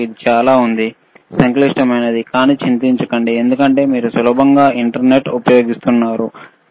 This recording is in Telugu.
ఇది చాలా సంక్లిష్టమైనది కానీ చింతించకండి ఎందుకంటే మీరు సులభంగా ఇంటర్నెట్ను ఉపయోగించవచ్చు